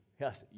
Yes